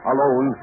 Alone